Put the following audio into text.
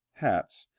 hats,